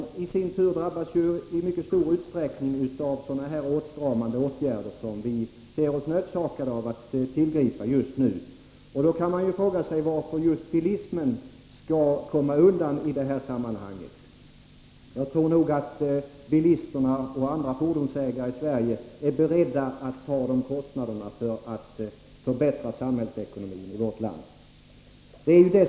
De i sin tur drabbas i mycket stor utsträckning av sådana här åtstramande åtgärder som vi ser oss nödsakade att tillgripa just nu. Då kan man ju fråga sig varför just bilismen skulle komma undan i detta sammanhang. Jag tror att bilisterna och andra fordonsägare i Sverige är beredda att ta dessa kostnader för att förbättra samhällsekonomin i vårt land.